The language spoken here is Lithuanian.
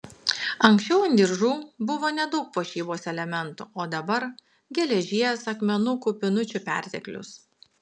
anksčiau ant diržų buvo nedaug puošybos elementų o dabar geležies akmenukų pynučių perteklius